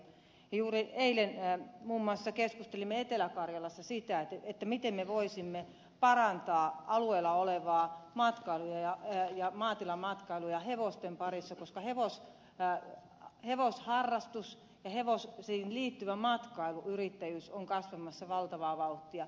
juuri eilen muun muassa keskustelimme etelä karjalassa siitä miten me voisimme parantaa alueella olevaa matkailua ja maatilamatkailua hevosten parissa koska hevosharrastus ja hevosiin liittyvä matkailuyrittäjyys on kasvamassa valtavaa vauhtia